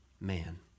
man